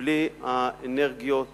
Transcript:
שבלי האנרגיות